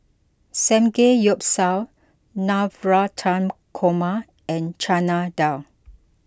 Samgeyopsal Navratan Korma and Chana Dal